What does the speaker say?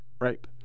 rape